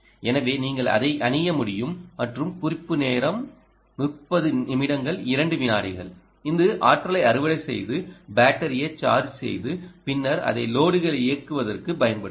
எனவே நீங்கள் அதை அணிய முடியும் மற்றும் குறிப்பு நேரம் 3002 இது ஆற்றலை அறுவடை செய்து பேட்டரியை சார்ஜ் செய்து பின்னர் அதை லோடுகளை இயக்குவதற்கு பயன்படுத்தும்